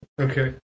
Okay